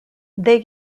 they